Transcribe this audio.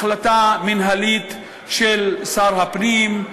החלטה מינהלית של שר הפנים,